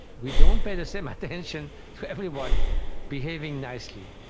we don't pay the same attention to everyone behaving nicely.